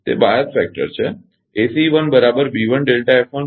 તે bias factor છે